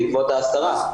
בעקבות ההסתרה,